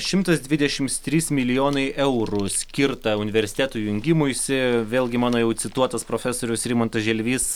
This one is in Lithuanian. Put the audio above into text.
šimtas dvidešims trys milijonai eurų skirta universitetų jungimuisi vėlgi mano jau cituotas profesorius rimantas želvys